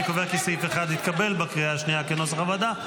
אני קובע כי סעיף 1, כנוסח הוועדה,